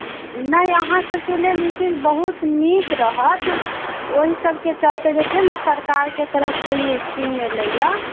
नहि अहाँ सबके लेल ई चीज बहुत नीक रहत ओहि सबके चलते जे छै ने सरकारके तरफसँ ई स्कीम एलैए